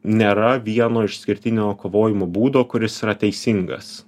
nėra vieno išskirtinio kovojimo būdo kuris yra teisingas